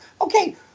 Okay